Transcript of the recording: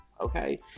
Okay